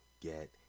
get